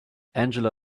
angela